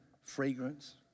fragrance